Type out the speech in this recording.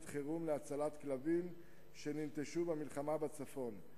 חירום להצלת כלבים שננטשו במלחמה בצפון.